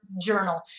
journal